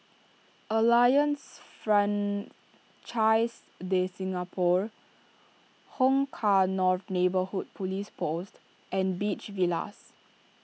Alliance Francaise De Singapour Hong Kah North Neighbourhood Police Post and Beach Villas